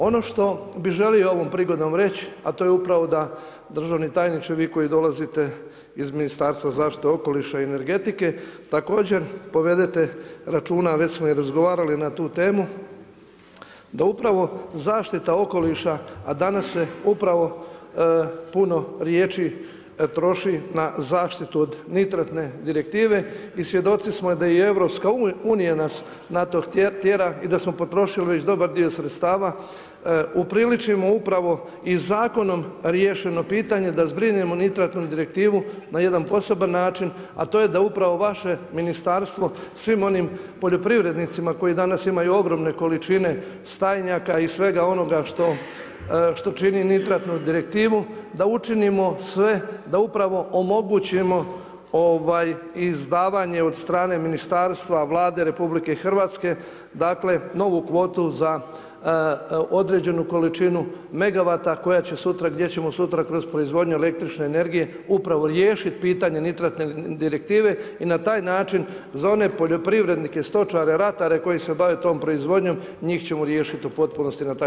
Ono što bi želio ovom prigodom reći a to je upravo da državni tajniče, vi koji dolazite iz Ministarstva zaštite okoliša i energetike, također povedete računa, već smo i razgovarali na tu temu, da upravo zaštita okoliša a danas se upravo puno riječi troši na zaštitu od nitratne direktive i svjedoci smo da i EU nas na to tjera i dasmo potrošili već dobar dio sredstava, upriličimo upravo i zakonom riješeno pitanje da zbrinemo nitratnu direktivu na jedan poseban način a to je da upravo vaše ministarstvo svim onim poljoprivrednicima koji danas imaju ogromne količine stajnjaka i svega onoga što čini nitratnu direktivu, da učinimo sve da upravo omogućimo izdavanje od strane ministarstva, Vlade RH, novu kvotu za određenu količinu megavata gdje ćemo sutra kroz proizvodnju električne energije upravo riješiti pitanje nitratne direktive i na taj način za one poljoprivrednike, stočare, ratare koji se bave tom proizvodnjom, njih ćemo riješiti u potpunosti na taj način.